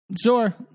Sure